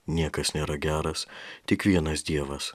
niekas nėra geras tik vienas dievas